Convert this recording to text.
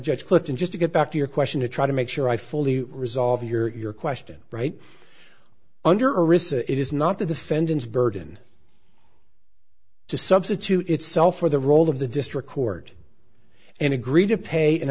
judge clifton just to get back to your question to try to make sure i fully resolve your question right under risk it is not the defendant's burden to substitute itself for the role of the district court and agreed to pay an